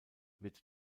wird